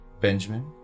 Benjamin